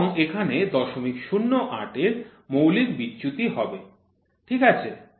এবং এখানে ০০৮ এর মৌলিক বিচ্যুতি হবে ঠিক আছে